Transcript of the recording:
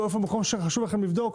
באופן שחשוב לכם לבדוק,